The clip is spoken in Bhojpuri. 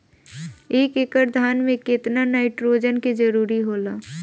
एक एकड़ धान मे केतना नाइट्रोजन के जरूरी होला?